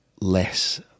less